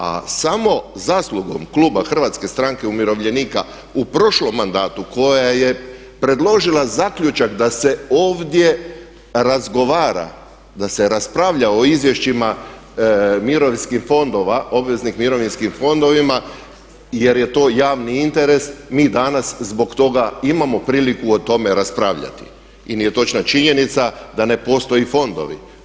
A samo zaslugom Kluba Hrvatske stranke umirovljenika u prošlom mandatu koja je predložila zaključak da se ovdje razgovara, da se raspravlja o izvješćima mirovinskim fondova, obveznim mirovinskim fondovima jer je to javni interes, mi danas zbog toga imamo priliku o tome raspravljati i nije točna činjenica da ne postoje fondovi.